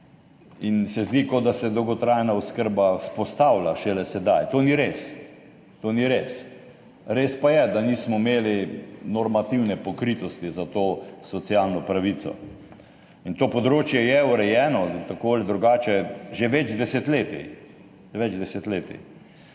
in se zdi, kot da se dolgotrajna oskrba vzpostavlja šele sedaj. To ni res. To ni res. Res pa je, da nismo imeli normativne pokritosti za to socialno pravico. In to področje je urejeno tako ali drugače že več desetletij.